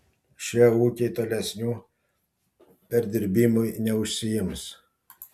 šie ūkiai tolesniu perdirbimui neužsiims